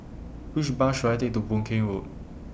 Which Bus should I Take to Boon Keng Road